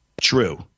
true